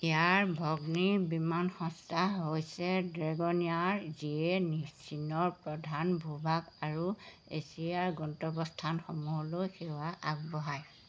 ইয়াৰ ভগ্নী বিমান সংস্থা হৈছে ড্ৰেগনেয়াৰ যিয়ে নিচীনৰ প্ৰধান ভূভাগ আৰু এছিয়াৰ গন্তব্যস্থানসমূহলৈ সেৱা আগবঢ়ায়